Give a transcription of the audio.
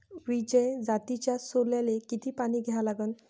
विजय जातीच्या सोल्याले किती पानी द्या लागन?